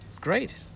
Great